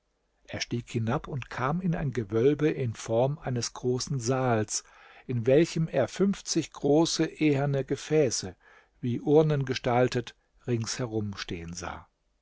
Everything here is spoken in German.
er stieg hinab und kam in ein gewölbe in form eines großen saals in welchem er fünfzig große eherne gefäße wie urnen gestaltet rings herum stehen sah